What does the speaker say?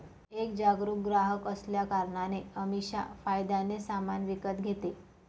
एक जागरूक ग्राहक असल्या कारणाने अमीषा फायद्याने सामान विकत घेते